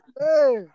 Hey